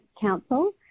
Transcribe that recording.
Council